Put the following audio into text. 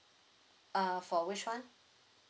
uh for which one